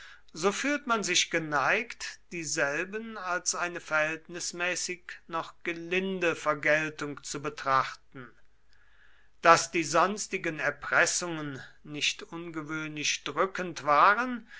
so fühlt man sich geneigt dieselben als eine verhältnismäßig noch gelinde vergeltung zu betrachten daß die sonstigen erpressungen nicht ungewöhnlich drückend waren